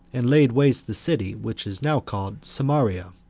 and laid waste the city which is now called samaria.